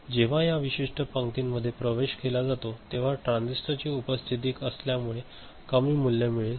जेव्हा या विशिष्ट पंक्तीमध्ये प्रवेश केला जातो तेव्हा ट्रांझिस्टरची उपस्थिती असल्यामुळे कमी मूल्य मिळेल